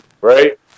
Right